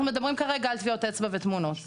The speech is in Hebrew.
אנחנו מדברים כרגע על טביעות אצבע ותמונות,